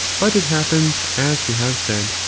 but it happens as we have said